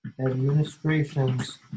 administrations